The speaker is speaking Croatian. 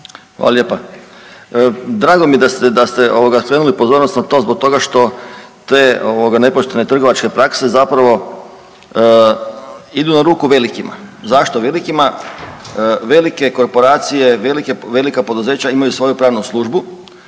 Hvala lijepa. Drago mi je da ste, da ste ovoga skrenuli pozornost na to zbog toga što te ovoga nepoštene trgovačke prakse zapravo idu na ruku velikima, zašto velikima? Velike korporacije, velika poduzeća imaju svoju pravnu službu